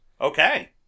Okay